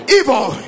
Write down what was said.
evil